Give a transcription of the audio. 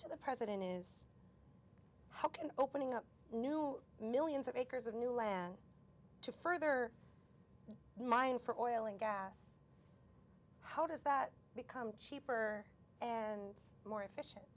to the president is how can opening up new millions of acres of new land to further mine for oil and gas how does that become cheaper and more efficient